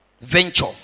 venture